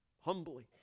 humbly